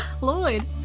Lloyd